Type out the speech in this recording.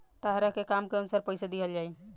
तहरा के काम के अनुसार पइसा दिहल जाइ